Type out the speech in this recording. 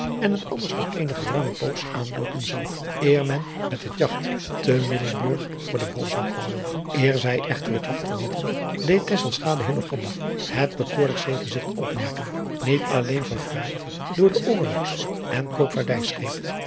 en het anders nog eene geruime poos aanloopen zou eer men met het jagt te middelburg voor den wal zou komen eer zij echter het jagt nog verlieten deed tesselschade hillegonda het bekoorlijk zeegezigt opmerken niet alleen verfraaid door de oorlogs en